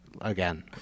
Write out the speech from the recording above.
again